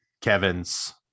kevin's